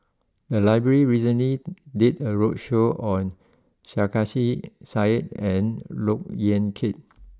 the library recently did a roadshow on Sarkasi Said and look Yan Kit